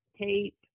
tape